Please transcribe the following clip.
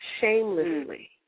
shamelessly